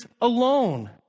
alone